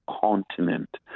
continent